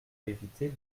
éviter